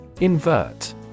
Invert